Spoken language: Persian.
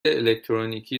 الکترونیکی